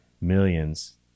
millions